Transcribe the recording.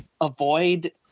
avoid